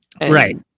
Right